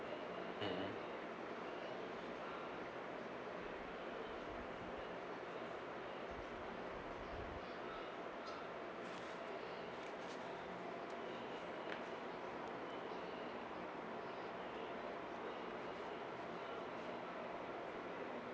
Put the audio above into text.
mmhmm